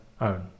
own